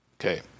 Okay